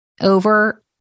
over